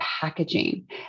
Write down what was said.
packaging